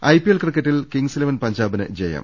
IPL ക്രിക്കറ്റിൽ kings eleven പഞ്ചാബിന് ജയം